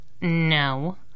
No